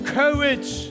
courage